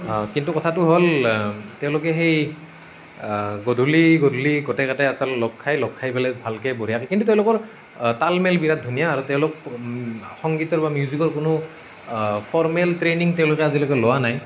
কিন্তু কথাটো হ'ল তেওঁলোকে সেই গধূলি গধূলি গোটেইকেইটাই আচলতে লগ খায় লগ খাই পেলাই ভালকৈ বঢ়িয়াকৈ কিন্তু তেওঁলোকৰ তাল মিল বিৰাট ধুনীয়া আৰু তেওঁলোক সংগীতৰ বা মিউজিকৰ কোনো ফৰমেল ট্ৰেইনিং তেওঁলোকে আজিলৈকে লোৱা নাই